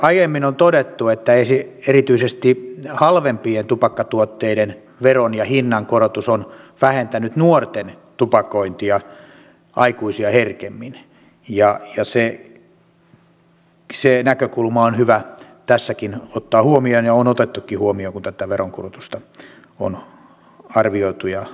aiemmin on todettu että erityisesti halvempien tupakkatuotteiden veron ja hinnankorotus on vähentänyt nuorten tupakointia aikuisia herkemmin ja se näkökulma on hyvä tässäkin ottaa huomioon ja on otettukin huomioon kun tätä veronkorotusta on arvioitu ja harkittu